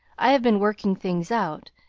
i have been working things out,